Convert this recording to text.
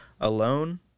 alone